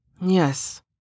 Yes